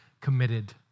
committed